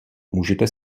můžete